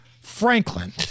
Franklin